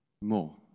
More